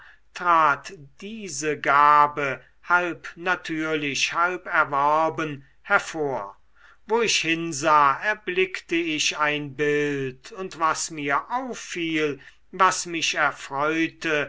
trat diese gabe halb natürlich halb erworben hervor wo ich hinsah erblickte ich ein bild und was mir auffiel was mich erfreute